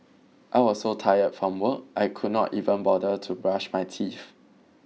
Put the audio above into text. I was so tired from work I could not even bother to brush my teeth